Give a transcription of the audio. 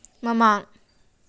ꯃꯃꯥꯡ